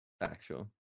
Actual